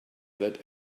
that